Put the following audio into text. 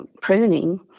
pruning